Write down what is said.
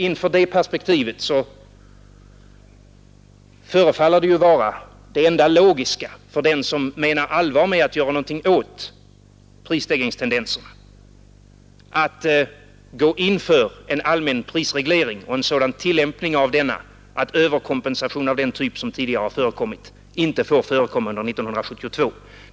Inför det perspektivet förefaller det vara det enda logiska för den som menar allvar med att göra någonting åt prisstegringstendenserna att gå in för en allmän prisreglering och en sådan tillämpning av denna att överkompensation av den typ som tidigare förekommit inte får förekomma under 1972.